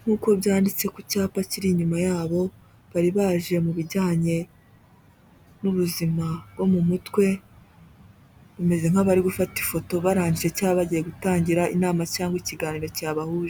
nk'uko byanditse ku cyapa kiri inyuma yabo bari baje mu bijyanye n'ubuzima bwo mu mutwe, bameze nk'abari gufata ifoto barangije cyangwa bagiye gutangira inama cyangwa ikiganiro cyabahuje.